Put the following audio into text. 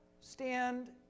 stand